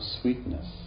sweetness